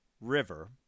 River